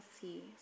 see